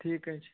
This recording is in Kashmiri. ٹھیٖک حظ چھُ